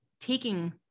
taking